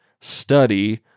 study